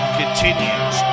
continues